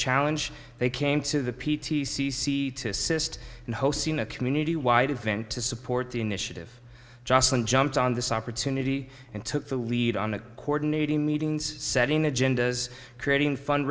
challenge they came to the p t c see to assist in hosting a community wide event to support the initiative joslin jumped on this opportunity and took the lead on the coordinating meetings setting agendas creating fund